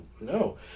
no